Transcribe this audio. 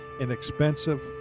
inexpensive